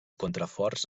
contraforts